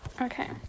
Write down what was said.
Okay